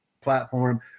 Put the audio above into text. platform